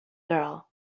girl